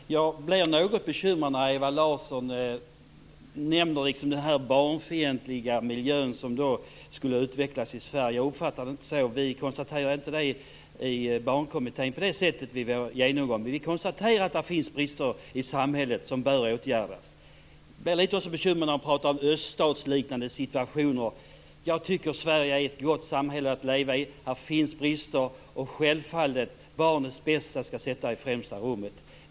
Fru talman! Jag blir litet bekymrad när Ewa Larsson nämner den barnfientliga miljö som skall ha utvecklats i Sverige. Vi uppfattar det inte så i barnkommittén. Vi har konstaterat att det finns brister i samhället som bör åtgärdas. Men jag blir bekymrad när man talar om öststatsliknande situationer. Jag tycker att Sverige är ett gott samhälle att leva i. Här finns brister, och självfallet skall barnens bästa sättas i främsta rummet.